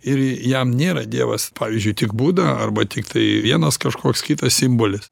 ir jam nėra dievas pavyzdžiui tik buda arba tiktai vienas kažkoks kitas simbolis